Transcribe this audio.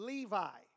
Levi